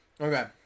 Okay